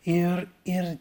ir ir